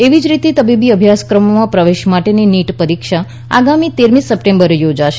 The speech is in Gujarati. એવી જ રીતે તબીબી અભ્યાસક્રમોમાં પ્રવેશ માટેની નીટ પરીક્ષા આગામી તેરમી સપ્ટેમ્બરે યોજાશે